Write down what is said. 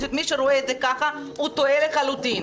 מי שרואה את זה ככה הוא טועה לחלוטין.